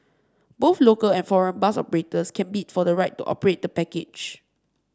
both local and foreign bus operators can bid for the right to operate the package